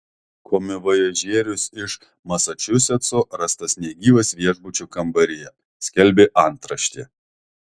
komivojažierius iš masačusetso rastas negyvas viešbučio kambaryje skelbė antraštė